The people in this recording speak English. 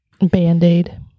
Band-aid